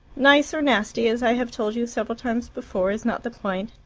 nice or nasty, as i have told you several times before, is not the point.